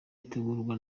itegurwa